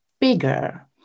bigger